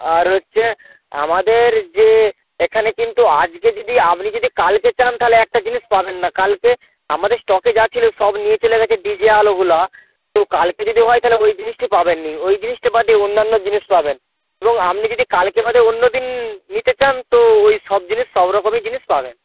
আর হচ্ছে আমাদের যে এখানে কিন্তু আজকে দিদি আপনি যদি কালকে চান তাহলে একটা জিনিস পাবেন না কালকে আমাদের স্টকে যা ছিল সব নিয়ে চলে গেছে ডিজে আলোগুলো তো কালকে যদি হয় তাহলে ওই জিনিসটি পাবেননা ওই জিনিসটা বাদে অন্যান্য জিনিস পাবেন এবং আপনি যদি কালকে বাদে অন্য দিন নিতে চান তো ওই সব জিনিস সব রকমই জিনিস পাবেন